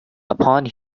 upon